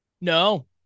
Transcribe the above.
No